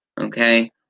Okay